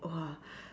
!whoa!